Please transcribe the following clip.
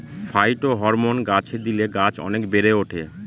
phytohormone গাছে দিলে গাছ অনেক বেড়ে ওঠে